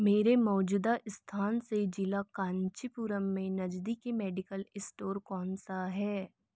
मेरे मौजूदा स्थान से ज़िला कांचीपुरम में नज़दीकी मेडिकल स्टोर कौनसा है